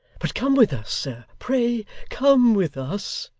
but come with us, sir pray come with us